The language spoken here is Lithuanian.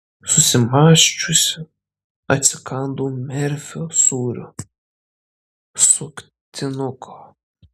susimąsčiusi atsikandau merfio sūrio suktinuko